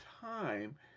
time